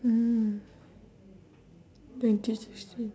oh ya twenty sixteen